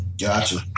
Gotcha